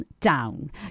down